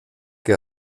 que